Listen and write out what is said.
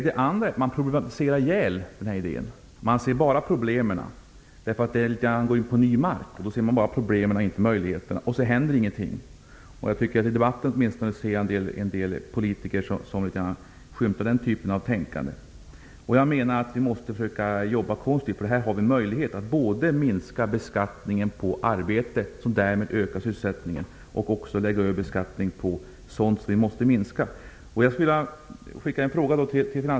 Det andra är att man problematiserar ihjäl den här idén och bara ser problemen. Detta är litet grand av att gå in på ny mark. Då ser man bara problemen och inte möjligheterna, och ingenting händer. Jag kan skymta litet av den typen av tänkande hos en del politiker i debatten. Jag menar att vi måste försöka jobba konstruktivt. Här har vi en möjlighet att minska beskattningen på arbete och därmed öka sysselsättningen samt att även lägga beskattningen på sådant som vi måste minska.